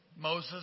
Moses